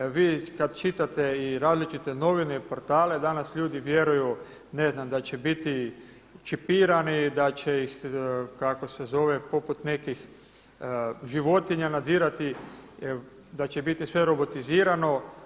Vi kad čitate različite novine i portale, danas ljudi vjeruju ne znam, da će biti čipirani, da će ih se poput nekih životinja nadzirati, da će biti sve robotizirano.